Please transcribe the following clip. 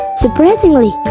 surprisingly